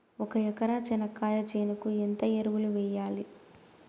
ఒక ఎకరా చెనక్కాయ చేనుకు ఎంత ఎరువులు వెయ్యాలి?